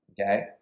Okay